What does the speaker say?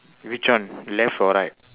which one left or right